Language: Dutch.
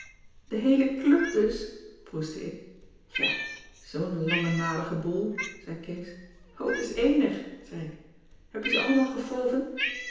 de heele club dus proestte ik ja zoo'n lammenadige boel zei kees o t is eenig zei ik heb je ze allemaal gefoven